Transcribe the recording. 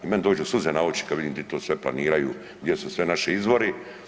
I meni dođu suze na oči kad vidim di to sve planiraju, gdje su sve naši izvori.